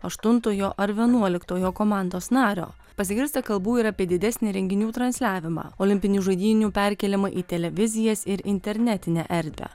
aštuntojo ar vienuoliktojo komandos nario pasigirsta kalbų ir apie didesnį renginių transliavimą olimpinių žaidynių perkėlimą į televizijas ir internetinę erdvę